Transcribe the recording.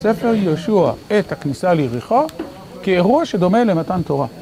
ספר יהושע, את הכניסה ליריחו, כאירוע שדומה למתן תורה.